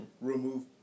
remove